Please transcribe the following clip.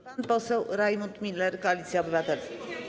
Pan poseł Rajmund Miller, Koalicja Obywatelska.